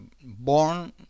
born